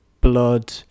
blood